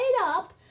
up